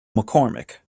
mccormack